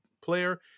player